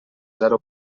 zero